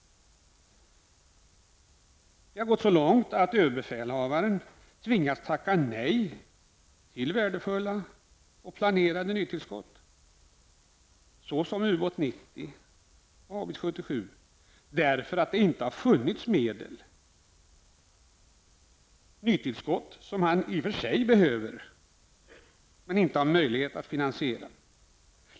Det har gått så långt att överbefälhavaren tvingats tacka nej till värdefulla och planerade nytillskott, t.ex. Ubåt 90 och Haubits-77, därför att det inte har funnits medel. Det är nytillskott som i och för sig behövs, men som inte kan finansieras.